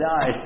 die